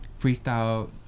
freestyle